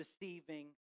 deceiving